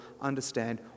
understand